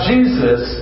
Jesus